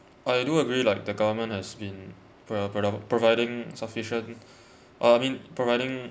I do agree like the government has been for your produv~ providing sufficient I mean providing